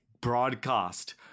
broadcast